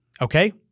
okay